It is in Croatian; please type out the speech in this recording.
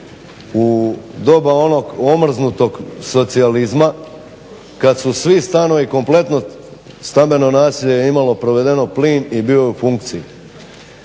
u doba onog omrznutog socijalizma kad su svi stanovi kompletno stambeno naselje je imalo proveden plin i bio je u funkciji.